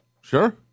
Sure